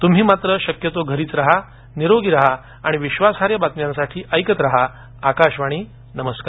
तुम्ही मात्र शक्यतो घरीच राहा निरोगी राहा आणि विश्वासार्ह बातम्यांसाठी ऐकत राहा आकाशवाणी नमरूकार